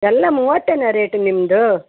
ಎಲ್ಲ ಮೂವತ್ತೇನಾ ರೇಟ್ ನಿಮ್ಮದು